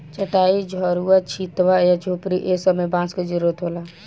चाटाई, झउवा, छित्वा आ झोपड़ी ए सब मे बांस के जरुरत होला